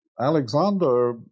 Alexander